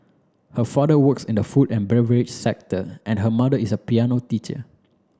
her father works in the food and beverage sector and her mother is a piano teacher